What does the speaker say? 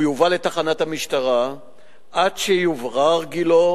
הוא יובא לתחנת המשטרה עד שיוברר גילו,